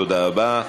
תודה רבה.